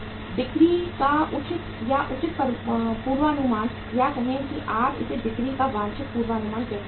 बिक्री का उचित या उचित पूर्वानुमान या कहें कि आप इसे बिक्री का वांछित पूर्वानुमान कह सकते हैं